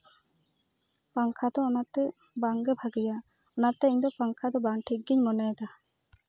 ᱯᱟᱝᱠᱷᱟ ᱫᱚ ᱚᱱᱟᱛᱮ ᱵᱟᱝᱜᱮ ᱵᱷᱟᱜᱮᱭᱟ ᱚᱱᱟᱛᱮ ᱤᱧ ᱫᱚ ᱯᱟᱝᱠᱷᱟ ᱫᱚ ᱵᱟᱝ ᱴᱷᱤᱠ ᱜᱮᱧ ᱢᱚᱱᱮᱭᱫᱟ